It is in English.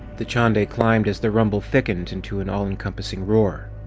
dachande climbed as the rumble thickened into an all encompassing roar.